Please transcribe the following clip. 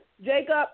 Jacob